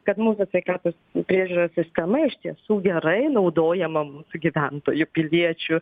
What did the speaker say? kad mūsų sveikatos priežiūros sistema iš tiesų gerai naudojama mūsų gyventojų piliečių